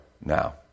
now